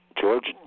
George